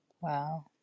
Wow